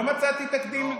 לא מצאתי תקדים.